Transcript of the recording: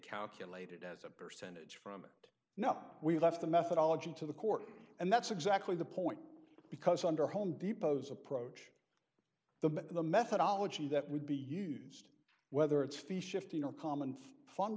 calculated as a percentage from it now we've left the methodology to the court and that's exactly the point because under home depot's approach the met the methodology that would be used whether it's fee shifting or common f